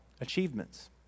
achievements